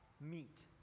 meet